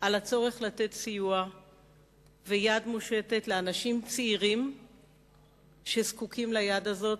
על הצורך לתת סיוע ויד מושטת לאנשים צעירים שזקוקים ליד הזאת,